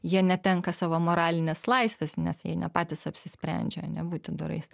jie netenka savo moralinės laisvės nes jie ne patys apsisprendžia ane būti dorais